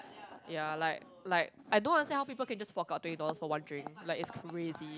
ya like like I don't understand how people can just fork out twenty dollars for one drink like it's crazy